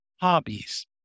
hobbies